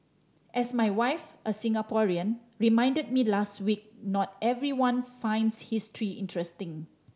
as my wife a Singaporean reminded me last week not everyone finds history interesting